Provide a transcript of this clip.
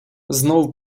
знов